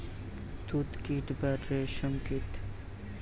তুত কীট বা রেশ্ম কীট